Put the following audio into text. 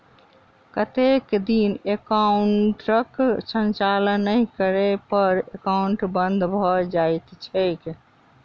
कतेक दिन एकाउंटक संचालन नहि करै पर एकाउन्ट बन्द भऽ जाइत छैक?